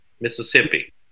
Mississippi